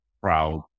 proud